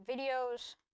videos